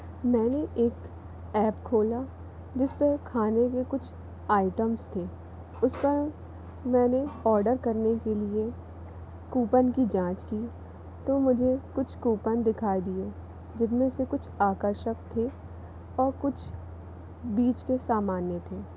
मैंने एक ऐप खोला जिसपे खाने में कुछ आईटम्स थे उस पर मैंने ऑर्डर करने के लिए कूपन की जांच की तो मुझे कुछ कूपन दिखाई दिए जिनमें से कुछ आकर्षक थे और कुछ बीच के सामान्य थे